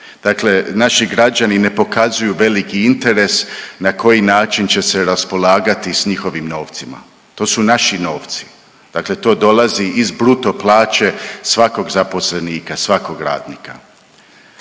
Dakle, naši građani ne pokazuju veliki interes na koji način će se raspolagati s njihovim novcima. To su naši novci, dakle to dolazi iz bruto plaće svakog zaposlenika, svakog radnika.